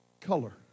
color